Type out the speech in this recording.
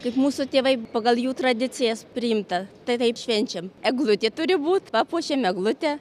kaip mūsų tėvai pagal jų tradicijas priimta tai taip švenčiam eglutė turi būt papuošiam eglutę